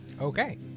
Okay